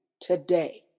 today